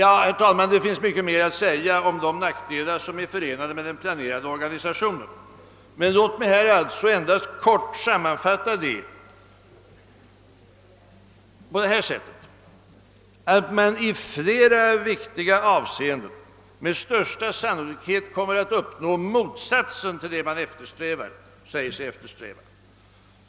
Det finns, herr talman, mycket mer att säga om de nackdelar som är förenade med den planerade organisationen, men låt mig endast helt kort samman fatta på detta sätt: I flera viktiga avseenden kommer man med största sannolikhet att uppnå motsatsen till vad man säger sig eftersträva.